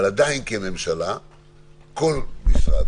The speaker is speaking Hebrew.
אבל עדיין כממשלה כל משרד,